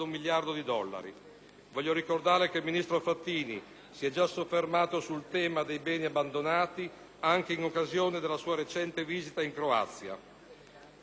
Voglio ricordare che il ministro Frattini si è già soffermato sul tema dei beni abbandonati anche in occasione della sua recente visita in Croazia. Il completamento